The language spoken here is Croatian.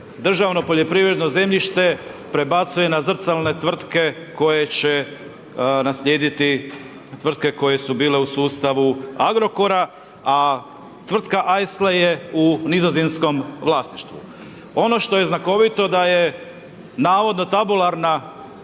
državno poljoprivredno zemljište prebacuje na zrcalne tvrtke koje će naslijediti tvrtke koje su bile u sustavu Agrokora, a tvrtka Aisle je u nizozemskom vlasništvu. Ono što je znakovito da je navodno tabularna,